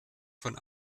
von